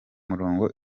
murongo